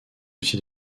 aussi